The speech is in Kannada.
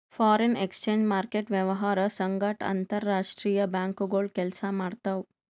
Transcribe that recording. ಫಾರೆನ್ ಎಕ್ಸ್ಚೇಂಜ್ ಮಾರ್ಕೆಟ್ ವ್ಯವಹಾರ್ ಸಂಗಟ್ ಅಂತರ್ ರಾಷ್ತ್ರೀಯ ಬ್ಯಾಂಕ್ಗೋಳು ಕೆಲ್ಸ ಮಾಡ್ತಾವ್